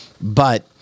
but-